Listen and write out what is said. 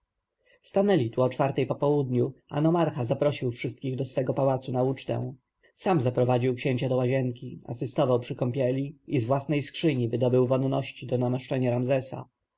stanęli tu o czwartej po południu a nomarcha zaprosił wszystkich do swego pałacu na ucztę sam zaprowadził księcia do łazienki asystował przy kąpieli i z własnej skrzyni wydobył wonności do namaszczenia ramzesa